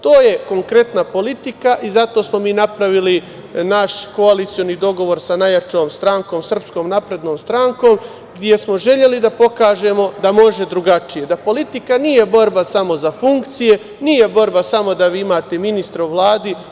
To je konkretna politika i zato smo mi napravili naš koalicioni dogovor sa najjačom strankom, SNS, gde smo želeli da pokažemo da može drugačije, da politika nije borba samo za funkcije, nije borba samo da vi imate ministra u Vladi.